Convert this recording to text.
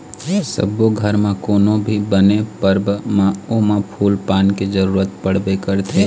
सब्बो घर म कोनो भी बने परब म ओमा फूल पान के जरूरत पड़बे करथे